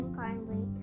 kindly